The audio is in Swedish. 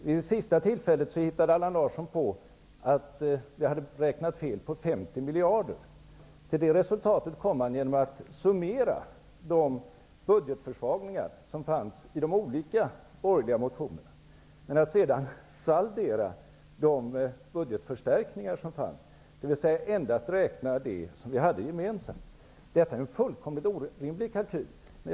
Vid det sista tillfället hittade Allan Larsson på att vi hade räknat fel på 50 miljarder. Till det resultatet kom han genom att summera de budgetförsvagningar som fanns i de olika borgerliga motionerna och att sedan saldera de budgetförstärkningar som fanns, dvs. endast räkna det som vi hade gemensamt. Detta är en fullkomligt orimlig kalkyl.